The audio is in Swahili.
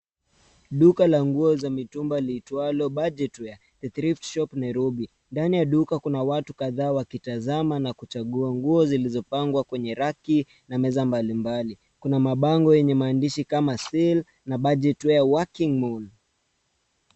Duka la nguo za mitumba liitwalo budget wear, the thritf shop Nairobi. Ndani ya duka kuna watu kadhaa wakitazama, na kuchagua nguo zilizopangwa kweny raki, na meza mbalimbali. Kuna mabango yenye maandishi kama sale , na budget wear working mall .